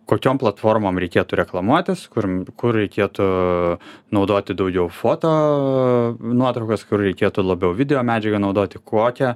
kokiom platformom reikėtų reklamuotis kur kur reikėtų naudoti daugiau foto nuotraukas kur reikėtų labiau video medžiagą naudoti kokią